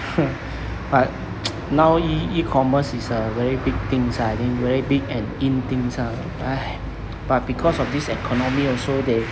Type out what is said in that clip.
hmm but now E~ e-commerce is a very big things ah it very big and in things ah but because of this economy also they